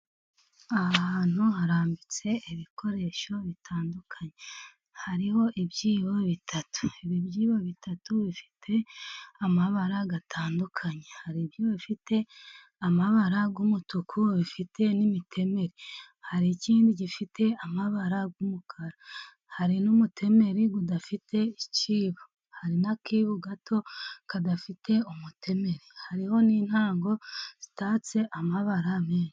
Aha hantu harambitse ibikoresho bitandukanye; hariho ibyibo bitatu. Ibi byibo bitatu bifite amabara atandukanye; hari ibyo bifite amabara y'umutuku bifite n'imitemeri, hari ikindi gifite amabara y'umukara, hari n'umutemeri udafite ikibo, hari n'akibo gato kadafite umutemeri, hariho n'intango itatse amabara menshi.